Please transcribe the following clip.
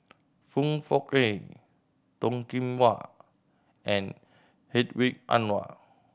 Foong Fook Kay Toh Kim Hwa and Hedwig Anuar